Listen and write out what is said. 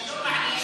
מה היא אמרה?